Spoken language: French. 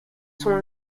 sont